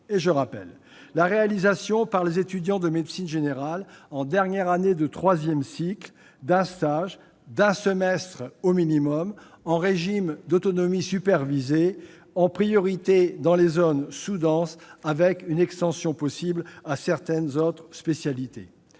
à savoir la réalisation par les étudiants de médecine générale en dernière année de troisième cycle d'un stage d'un semestre au minimum en régime d'autonomie supervisée, en priorité dans les zones sous-denses, avec une extension possible à certaines autres spécialités.